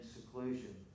seclusion